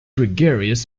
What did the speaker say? gregarious